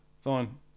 fine